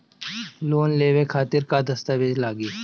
Loan लेवे खातिर का का दस्तावेज लागी?